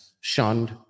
shunned